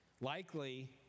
Likely